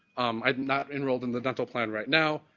i did not enroll in the dental plan right now,